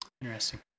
interesting